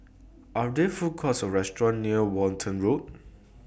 Are There Food Courts Or restaurants near Walton Road